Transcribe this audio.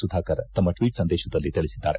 ಸುಧಾಕರ್ ತಮ್ಮ ಟ್ವಚ್ ಸಂದೇಹದಲ್ಲಿ ತಿಳಿಸಿದ್ದಾರೆ